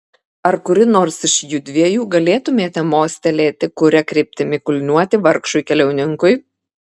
ar kuri nors iš judviejų galėtumėte mostelėti kuria kryptimi kulniuoti vargšui keliauninkui